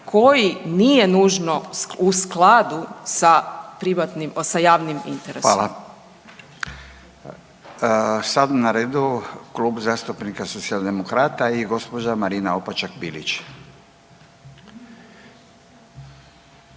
koji nije nužno u skladu sa javnim interesom. **Radin, Furio (Nezavisni)** Hvala. Sad je na redu Klub zastupnika socijaldemokrata i gospođa Marina Opačak Bilić.